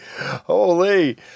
Holy